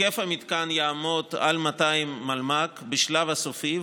היקף המתקן יעמוד על 200 מלמ"ק בשלב הסופי,